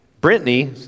Brittany